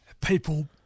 people